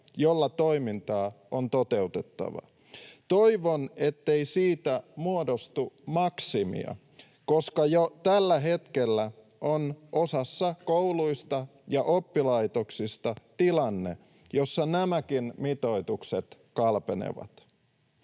jolla toimintaa on toteutettava. Toivon, ettei siitä muodostu maksimia, koska jo tällä hetkellä on osassa kouluista ja oppilaitoksista tilanne, jossa nämäkin mitoitukset kalpenevat.